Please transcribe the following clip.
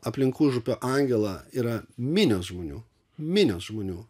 aplink užupio angelą yra minios žmonių minios žmonių